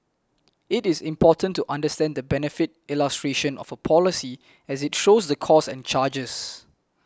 it is important to understand the benefit illustration of a policy as it shows the costs and charges